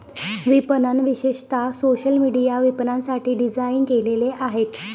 विपणक विशेषतः social media विपणनासाठी डिझाइन केलेले आहेत